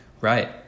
Right